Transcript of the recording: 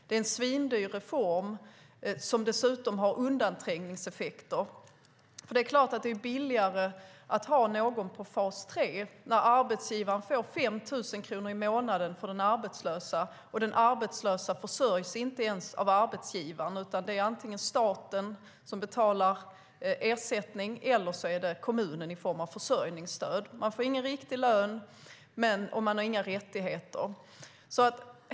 Det är en svindyr reform som dessutom har undanträngningseffekter. Det är klart att det är billigare att ha någon i fas 3 när arbetsgivaren får 5 000 kronor i månaden för den arbetslösa, och den arbetslösa försörjs inte ens av arbetsgivaren. Det är antingen staten som betalar ersättning eller kommunen genom försörjningsstöd. Den arbetslösa får ingen riktig lön och har inga rättigheter.